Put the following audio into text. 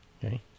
Okay